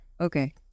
Okay